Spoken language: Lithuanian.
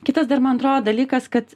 kitas dar man atrodo dalykas kad